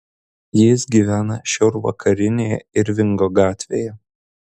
jis gyvena šiaurvakarinėje irvingo gatvėje